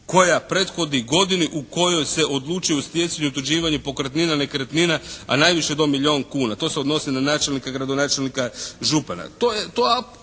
koja prethodi godini u kojoj se odlučuju o stjecanju i otuđivanju pokretnina, nekretnina a najviše do milijun kuna. To se odnosi na načelnika, gradonačelnika, župana. S druge